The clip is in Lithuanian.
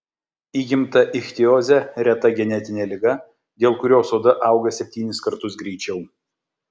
įgimta ichtiozė reta genetinė liga dėl kurios oda auga septynis kartus greičiau